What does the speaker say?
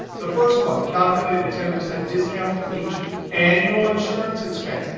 the first one calculate a ten percent discount for each annual insurance expense.